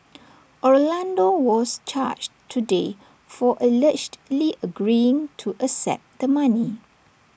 Orlando was charged today for allegedly agreeing to accept the money